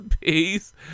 Peace